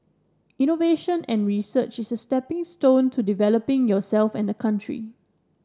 innovation and research is a stepping stone to developing yourself and the country